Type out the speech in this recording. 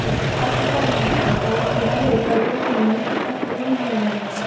नेईं अज्ज भरी लैओ ना कल जिन्नां लेट करगे ओ फिर इ'यां गै सीटां फुल होंदियां जानियां